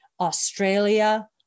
Australia